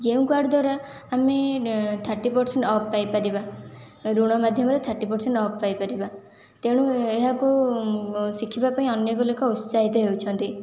ଯେଉଁ କାର୍ଡ଼ ଦ୍ୱାରା ଆମେ ଥାର୍ଟି ପରସେଣ୍ଟ ଅଫ୍ ପାଇପାରିବା ଋଣ ମାଧ୍ୟମରେ ଥାର୍ଟି ପରସେଣ୍ଟ ଅଫ୍ ପାଇପାରିବା ତେଣୁ ଏହାକୁ ଶିଖିବାପାଇଁ ଅନେକ ଲୋକ ଉତ୍ସାହିତ ହେଉଛନ୍ତି